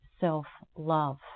self-love